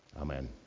Amen